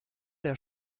der